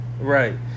Right